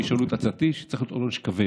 אם ישאלו את עצתי, זה צריך להיות עונש כבד.